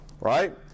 Right